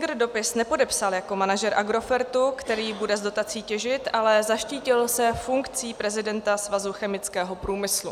Cingr dopis nepodepsal jako manažér Agrofertu, který bude z dotací těžit, ale zaštítil se funkcí prezidenta Svazu chemického průmyslu.